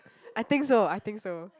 I think so I think so